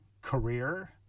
career